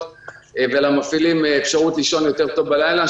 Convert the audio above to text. ולמפעילים אפשרות לישון טוב יותר בלילה,